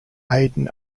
aidan